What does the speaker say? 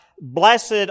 blessed